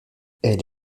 elle